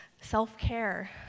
self-care